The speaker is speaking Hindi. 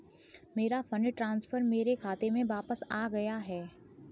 मेरा फंड ट्रांसफर मेरे खाते में वापस आ गया है